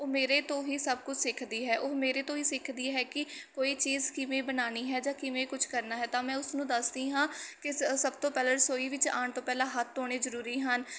ਉਹ ਮੇਰੇ ਤੋਂ ਹੀ ਸਭ ਕੁਛ ਸਿੱਖਦੀ ਹੈ ਉਹ ਮੇਰੇ ਤੋਂ ਹੀ ਸਿੱਖਦੀ ਹੈ ਕਿ ਕੋਈ ਚੀਜ਼ ਕਿਵੇਂ ਬਣਾਉਣੀ ਹੈ ਜਾਂ ਕਿਵੇਂ ਕੁਛ ਕਰਨਾ ਹੈ ਤਾਂ ਮੈਂ ਉਸਨੂੰ ਦੱਸਦੀ ਹਾਂ ਕਿ ਸ ਸਭ ਤੋਂ ਪਹਿਲਾ ਰਸੋਈ ਵਿੱਚ ਆਉਣ ਤੋਂ ਪਹਿਲਾਂ ਹੱਥ ਧੋਣੇ ਜ਼ਰੂਰੀ ਹਨ